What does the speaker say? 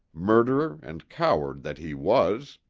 murderer and coward that he was!